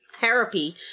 therapy